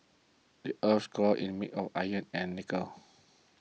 the earth's core is made of iron and nickel